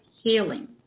healing